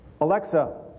Alexa